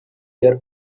their